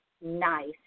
nice